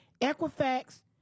equifax